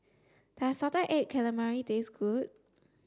does salted egg calamari taste good